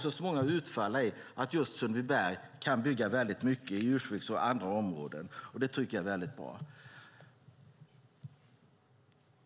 så småningom kom att utfalla i att just Sundbyberg kan bygga väldigt mycket i Ursvik och i andra områden, och det tycker jag är bra.